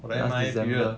then nice period